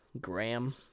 Graham